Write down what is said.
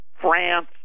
France